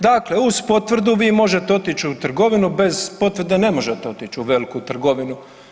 Dakle, uz potvrdu vi možete otić u trgovinu, bez potvrde ne možete otić u veliku trgovinu.